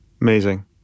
amazing